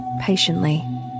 Patiently